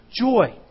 joy